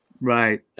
Right